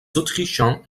autrichiens